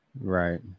Right